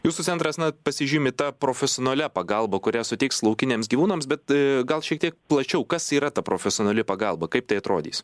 jūsų centras na pasižymi ta profesionalia pagalba kurią suteiks laukiniams gyvūnams bet gal šiek tiek plačiau kas yra ta profesionali pagalba kaip tai atrodys